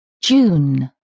June